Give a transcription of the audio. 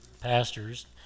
pastors